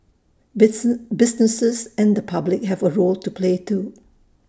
businesses and the public have A role to play too